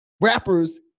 rappers